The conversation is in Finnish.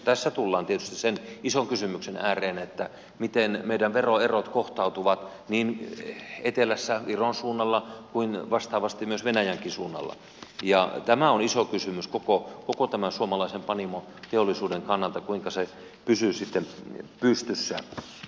tässä tullaan tietysti sen ison kysymyksen ääreen miten meidän veroerot kohtautuvat niin etelässä viron suunnalla kuin vastaavasti myös venäjänkin suunnalla ja tämä on iso kysymys koko tämän suomalaisen panimoteollisuuden kannalta kuinka se pysyy sitten pystyssä